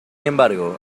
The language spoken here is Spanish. embargo